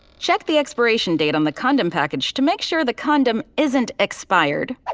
check the expiration date on the condom package to make sure the condom isn't expired.